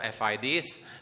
FIDs